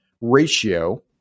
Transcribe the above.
ratio